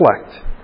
reflect